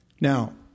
Now